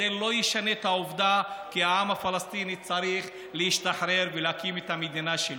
זה לא ישנה את העובדה שהעם הפלסטיני צריך להשתחרר ולהקים את המדינה שלו.